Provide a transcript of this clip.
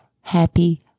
happy